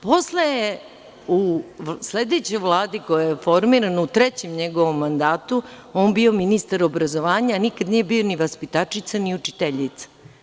Posle je u sledećoj Vladi, koja je formirana u trećem njegovom mandatu, on bio ministar obrazovanja, nikad nije bio ni vaspitačica, ni učiteljica.